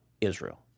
Israel